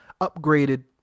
upgraded